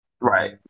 Right